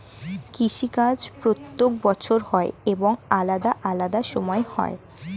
কৃষি কাজ প্রত্যেক বছর হয় এবং আলাদা আলাদা সময় হয়